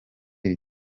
iri